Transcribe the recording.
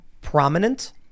prominent